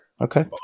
Okay